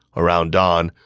around dawn,